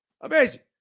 Amazing